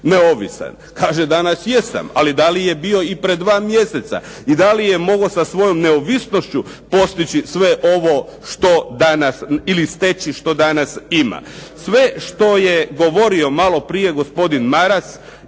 neovisan? Kaže danas jesam, ali da li je bio i pred dva mjeseca i da li je mogao sa svojom neovisnošću postići sve ovo što danas ili steći do danas ima. Sve što je govorio maloprije gospodin Maras